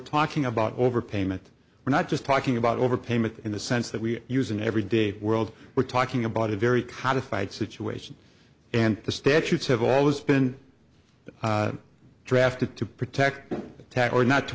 talking about overpayment we're not just talking about overpayment in the sense that we use in every day world we're talking about a very kind of fight situation and the statutes have always been drafted to protect the tax or not to